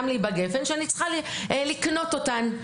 בגפ"ן, שאני צריכה לקנות אותן.